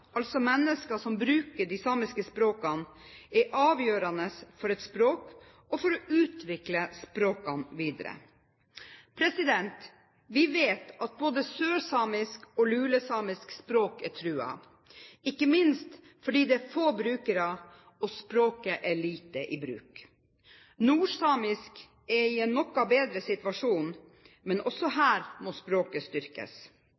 altså mennesker som bruker de samiske språkene, er avgjørende for et språk og for å utvikle språkene videre. Vi vet at både sørsamisk og lulesamisk språk er truet, ikke minst fordi det er få brukere og lite i bruk. Nordsamisk er i en noe bedre situasjon, men også her må språket styrkes.